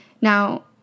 Now